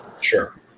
Sure